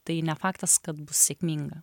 tai ne faktas kad bus sėkminga